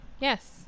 Yes